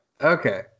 Okay